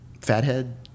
Fathead